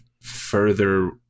further